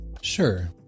Sure